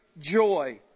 joy